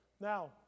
Now